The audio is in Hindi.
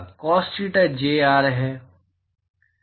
कॉस थीटा जे क्या है